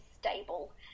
stable